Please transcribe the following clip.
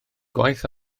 gwaith